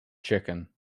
chicken